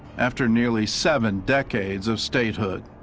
after nearly seven decades of statehood.